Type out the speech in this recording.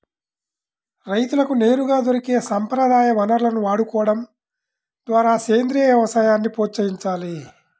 రైతులకు నేరుగా దొరికే సంప్రదాయ వనరులను వాడుకోడం ద్వారా సేంద్రీయ వ్యవసాయాన్ని ప్రోత్సహించాలి